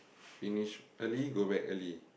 finish early go back early